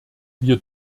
wir